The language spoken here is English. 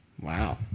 Wow